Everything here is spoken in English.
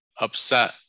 upset